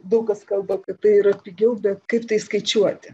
daug kas kalba kad tai yra pigiau bet kaip tai skaičiuoti